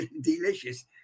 delicious